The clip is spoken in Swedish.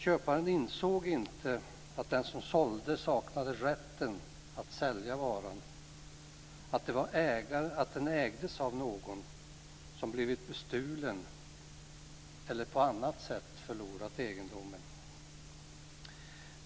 Köparen insåg inte att den som sålde saknade rätten att sälja varan, att den ägdes av någon som blivit bestulen eller på annat sätt förlorat sin egendom.